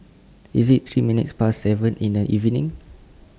IT IS three minutes Past seven in The evening